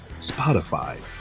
Spotify